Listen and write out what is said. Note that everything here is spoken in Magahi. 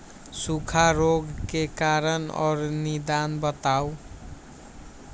सूखा रोग के कारण और निदान बताऊ?